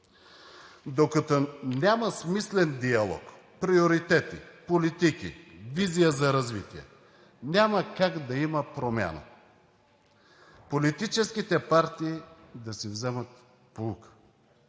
Докато няма смислен диалог, приоритети, политики, визия за развитие, няма как да има промяна. Политическите партии да си вземат поука,